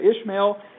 Ishmael